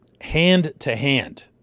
hand-to-hand